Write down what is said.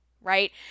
right